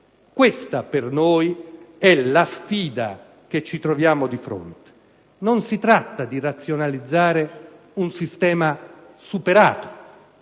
Questa per noi è la sfida che ci troviamo di fronte: non si tratta di razionalizzare un sistema ormai superato,